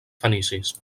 fenicis